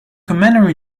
commander